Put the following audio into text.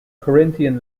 corinthian